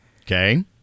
okay